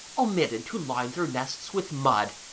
omitted to line their nests with mud,